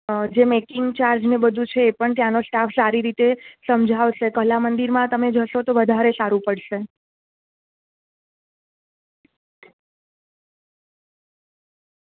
જે making charge ને બધું છે એ પણ ત્યાંનો સ્ટાફ સારી રીતે સમજાવશે કલા મંદિરમાં તમે જશો તો વધારે સારું પડશે